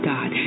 God